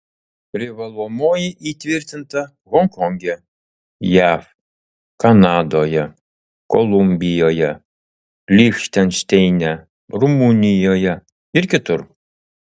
privalomoji įtvirtinta honkonge jav kanadoje kolumbijoje lichtenšteine rumunijoje ir kitur